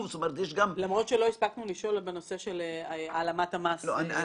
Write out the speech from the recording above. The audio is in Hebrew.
למרות שלא הספקנו לשאול בנושא של העלמת המס.